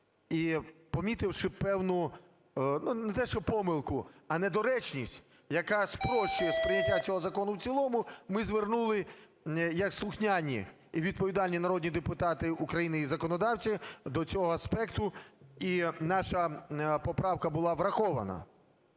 І помітивши певну, не те що помилку, а недоречність, яка спрощує сприйняття цього закону в цілому, ми звернули як слухняні і відповідальні народні депутати України, і законодавці, до цього аспекту, і наша поправка була врахована.